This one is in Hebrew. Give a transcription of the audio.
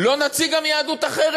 נציג גם יהדות אחרת?